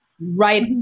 right